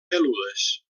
peludes